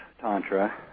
tantra